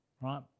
Right